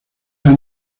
han